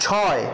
ছয়